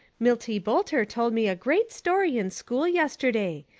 milty bolter told me a grate story in school yesterday.